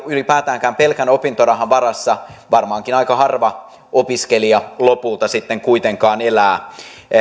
ylipäätäänkään pelkän opintorahan varassa varmaankin aika harva opiskelija lopulta sitten kuitenkaan elää